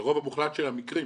ברוב המוחלט של המקרים,